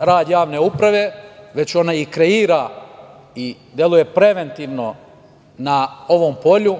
rad javne uprave, već ona kreira i deluje preventivno na ovom polju.